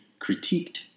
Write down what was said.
critiqued